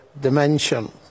dimension